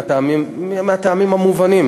מהטעמים המובנים,